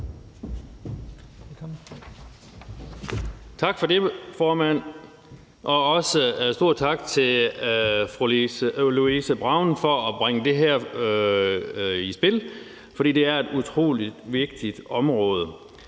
Tak for det, formand, og også stor tak til fru Louise Brown for at bringe det her i spil. Det er et utrolig vigtigt område.